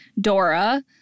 Dora